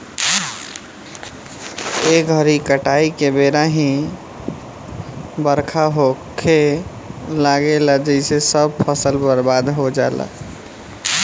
ए घरी काटाई के बेरा ही बरखा होखे लागेला जेसे सब फसल बर्बाद हो जाला